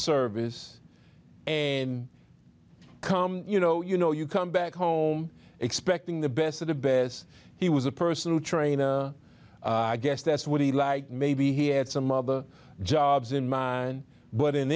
service and come you know you know you come back home expecting the best of the best he was a personal trainer i guess that's what he like maybe he had some other jobs in mind but in